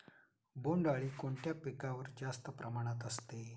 बोंडअळी कोणत्या पिकावर जास्त प्रमाणात असते?